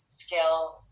skills